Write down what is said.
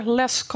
less